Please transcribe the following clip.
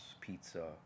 pizza